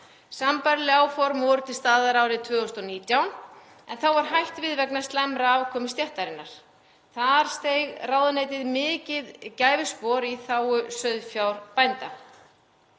Sambærileg áform voru til staðar árið 2019 en þá var hætt við vegna slæmrar afkomu stéttarinnar. Þar steig ráðuneytið mikið gæfuspor í þágu sauðfjárbænda.